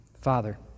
Father